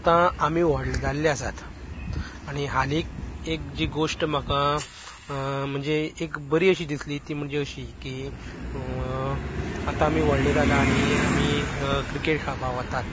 आतां आमी व्हडले जाल्ले आसात आनी हालींच एक जी गोश्ट म्हाका म्हणजे एक बरी अशी दिसली ती म्हणजे अशी की आतां आमी व्हडले जाला आनी आमी क्रिकेट खेळपाक वतात